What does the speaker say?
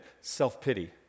self-pity